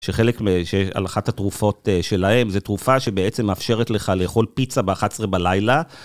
שחלק, על אחת התרופות שלהם, זה תרופה שבעצם מאפשרת לך לאכול פיצה ב-11 בלילה.